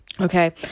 Okay